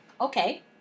Okay